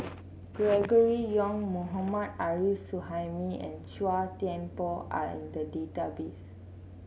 Gregory Yong Mohammad Arif Suhaimi and Chua Thian Poh are in the database